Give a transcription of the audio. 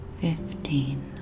fifteen